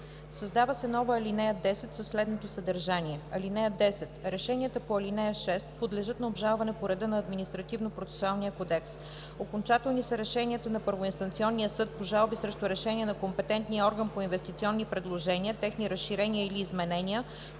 Създава се нова ал. 10 със следното съдържание: „(10) Решенията по ал. 6 подлежат на обжалване по реда на Административнопроцесуалния кодекс. Окончателни са решенията на първоинстанционния съд по жалби срещу решения на компетентния орган по инвестиционни предложения, техни разширения или изменения,